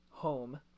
home